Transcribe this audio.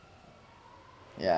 yeah